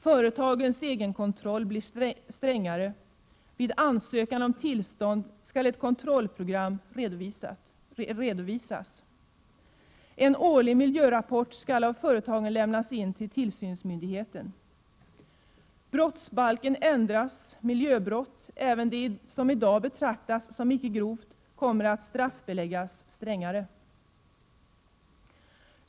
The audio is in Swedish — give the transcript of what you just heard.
Företagens egenkontroll blir strängare. Vid ansökan om tillstånd skall ett kontrollprogram redovisas. En årlig miljörapport skall av företagen lämnas till tillsynsmyndigheten. Brottsbalken skall ändras: miljöbrott, även de som i dag betraktas som icke-grova, kommer att beläggas med strängare straff.